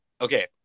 okay